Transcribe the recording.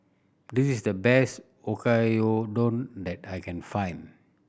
this is the best Oyakodon that I can find